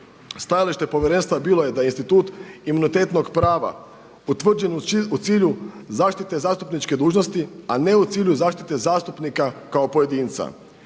stajalište Povjerenstva bilo je da institut imunitetnog prava utvrđen u cilju zaštite zastupničke dužnosti, a ne u cilju zaštite zastupnika kao pojedinca,